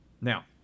Now